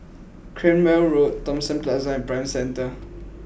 Cranwell Road Thomson Plaza and Prime Centre